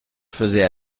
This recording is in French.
faisais